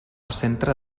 centre